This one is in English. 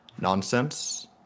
nonsense